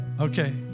Okay